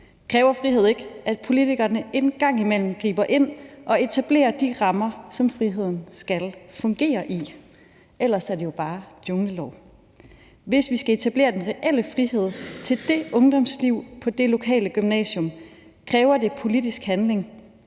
Kræver frihed ikke, at politikerne en gang imellem griber ind og etablerer de rammer, som friheden skal fungere i? Ellers er det jo bare junglelov. Hvis vi skal etablere den reelle frihed til det ungdomsliv på det lokale gymnasium, kræver det politisk handling,